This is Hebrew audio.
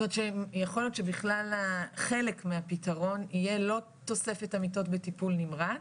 יכול להיות שבכלל חלק מהפתרון יהיה לא תוספת המיטות בטיפול נמרץ,